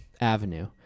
avenue